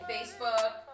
Facebook